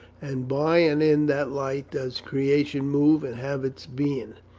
and by and in that light does creation move and have its being.